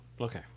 Okay